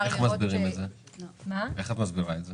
איך את מסבירה את זה?